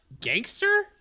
gangster